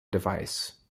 device